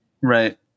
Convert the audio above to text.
Right